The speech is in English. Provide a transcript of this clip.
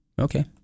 Okay